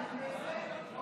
בוועדת הכנסת או,